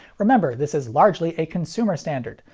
remember, this is largely a consumer standard,